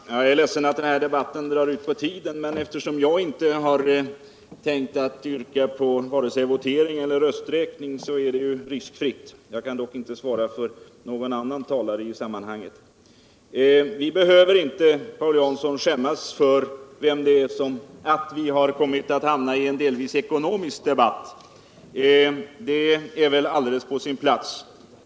Herr talman! Jag är ledsen för att den här debatten drar ut på tiden, men eftersom jag inte har tänkt yrka på vare sig votering eller rösträkning är det ju riskfritt. Jag kan dock inte svara för någon annan talare i sammanhanget. Vidare behöver vi väl inte, Paul Jansson, skämmas för — eller diskutera om vems fel det är— att vi har hamnat ien delvis ekonomisk debatt; det är väl helt på sin plats.